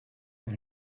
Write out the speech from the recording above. and